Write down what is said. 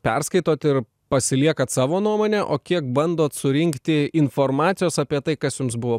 perskaitot ir pasiliekat savo nuomonę o kiek bandot surinkti informacijos apie tai kas jums buvo